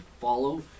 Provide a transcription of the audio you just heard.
follow